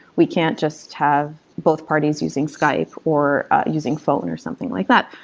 we can't just have both parties using skype or using phone or something like that.